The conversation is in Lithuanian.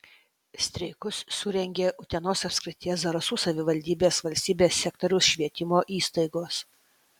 streikus surengė utenos apskrities zarasų savivaldybės valstybės sektoriaus švietimo įstaigos